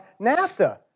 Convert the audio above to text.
NAFTA